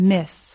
Miss